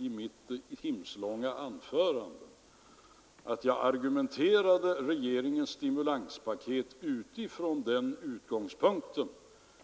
I mitt timslånga anförande argumenterade jag för regeringens stimulanspaket från den utgångspunkten